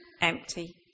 empty